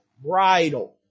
bridle